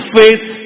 faith